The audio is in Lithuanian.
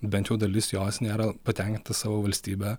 bent jau dalis jos nėra patenkinta savo valstybe